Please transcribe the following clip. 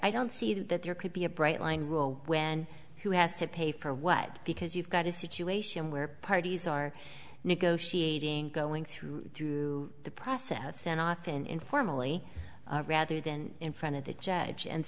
i don't see that there could be a bright line rule when who has to pay for what because you've got a situation where parties are negotiating going through through the process and often informally rather than in front of the judge and